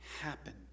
happen